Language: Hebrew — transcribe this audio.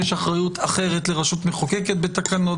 יש אחריות אחרת לרשות מחוקקת בתקנות